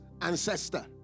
ancestor